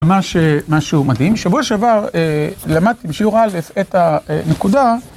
ממש משהו מדהים, שבוע שעבר למדתי בשיעור אלף את הנקודה